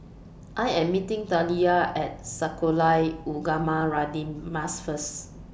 I Am meeting Taliyah At Sekolah Ugama Radin Mas First